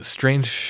Strange